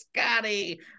Scotty